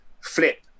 flip